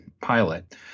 pilot